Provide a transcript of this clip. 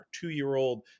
Two-year-old